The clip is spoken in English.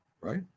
right